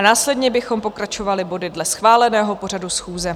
Následně bychom pokračovali body dle schváleného pořadu schůze.